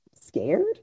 scared